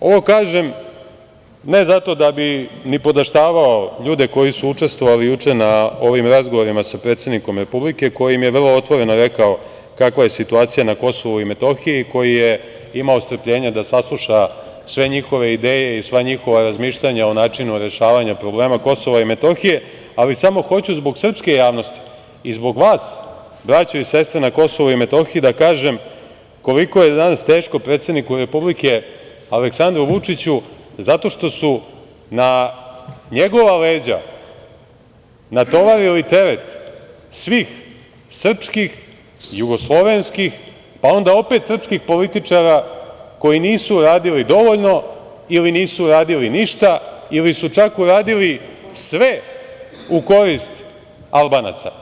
Ovo kažem ne zato da bih nipodaštavao ljude koji su učestvovali juče na ovim razgovorima sa predsednikom Republike, koji im je vrlo otvoreno rekao kakva je situacija na Kosovu i Metohiji, koji je imao strpljenja da sasluša sve njihove ideje i sva njihova razmišljanja o načinu rešavanja problema Kosova i Metohije, ali samo hoću zbog srpske javnosti i zbog vas, braćo i sestre na Kosovo i Metohiji, da kažem koliko je danas teško predsedniku Republike, Aleksandru Vučiću, zato što su na njegova leđa natovarili teret svih srpskih, jugoslovenskih, pa onda opet srpskih političara koji nisu radili dovoljno ili nisu radili ništa ili su čak uradili sve u korist Albanaca.